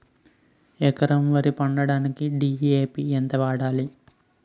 ఎకరం వరి పండించటానికి డి.ఎ.పి ఎంత వాడాలి?